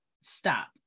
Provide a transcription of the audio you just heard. Stop